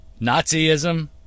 Nazism